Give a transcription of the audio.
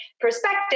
perspective